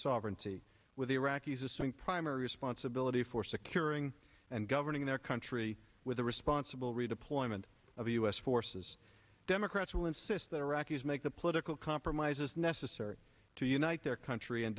sovereignty with iraqis assuming primary responsibility for securing and governing their country with a responsible redeployment of u s forces democrats will insist that iraqis make the political compromises necessary to unite their country and